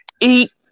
Eat